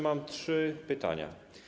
Mam trzy pytania.